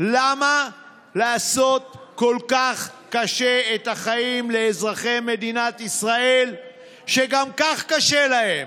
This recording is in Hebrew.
למה לעשות את החיים לאזרחי מדינת ישראל כל כך קשים כשגם כך קשה להם?